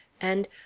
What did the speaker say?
and